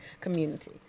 community